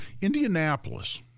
Indianapolis